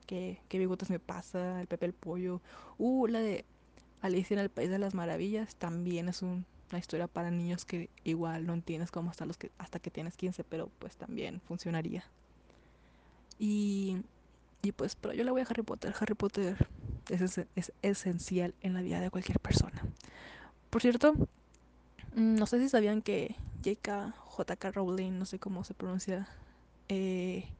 que- que Bigotes me pasa, El Pepe el Pollo, uh, la de Alicia en el País de las Maravillas, también es un- una historia para niños que igual no entiendes cómo hasta los que- hasta que tienes 15 pero, pues, también funcionaría. Y- y, pues, pero yo le voy a Harry Potter, Harry Potter es esen- es esencial en la vida de cualquier persona. Por cierto, no sé si sabían que J.K. Rowling, no sé cómo se pronuncia, eh,